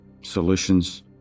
solutions